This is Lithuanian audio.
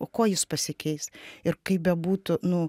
o kuo jis pasikeis ir kaip bebūtų nu